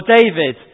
David